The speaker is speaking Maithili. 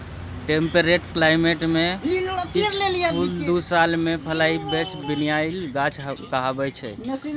टेम्परेट क्लाइमेट मे किछ फुल दु साल मे फुलाइ छै बायनियल गाछ कहाबै छै